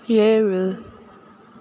ஏழு